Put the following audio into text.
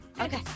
Okay